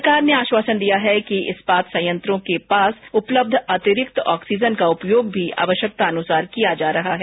सरकार ने आश्वासन दिया है कि इस्पात संयंत्रों के पास उपलब्ध अतिरिक्त ऑक्सीजन का उपयोग भी आवश्यकतानुसार किया जा रहा है